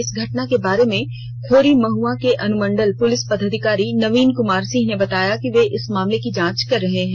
इस घटना के बारे में खोरी महुआ के अनुमंडल पुलिस पदाधिकारी नवीन कुमार सिंह ने बताया कि वे इस मामले की जांच कर रहे हैं